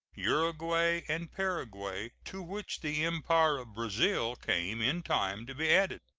uruguay, and paraguay, to which the empire of brazil came in time to be added.